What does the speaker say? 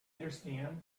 understand